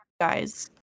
guys